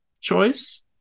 choice